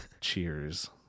Cheers